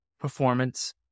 performance